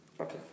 Okay